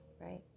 right